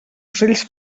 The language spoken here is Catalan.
ocells